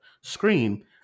screen